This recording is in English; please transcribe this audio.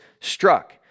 struck